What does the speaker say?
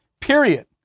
period